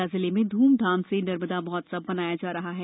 मं ला जिले में ध्मधाम से नर्मदा महोत्सव मनाया जा रहा है